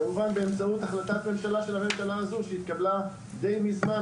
כמובן באמצעות החלטת ממשלה של הממשלה הזו שהתקבלה דיי מזמן,